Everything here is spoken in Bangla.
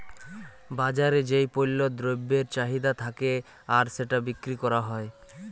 বাজারে যেই পল্য দ্রব্যের চাহিদা থাক্যে আর সেটা বিক্রি ক্যরা হ্যয়